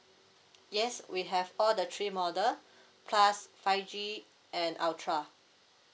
yes we have all the three model plus five G and ultra